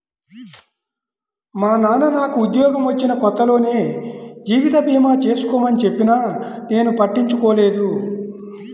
మా నాన్న నాకు ఉద్యోగం వచ్చిన కొత్తలోనే జీవిత భీమా చేసుకోమని చెప్పినా నేను పట్టించుకోలేదు